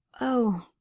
oh,